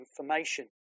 information